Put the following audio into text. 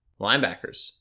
Linebackers